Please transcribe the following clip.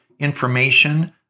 Information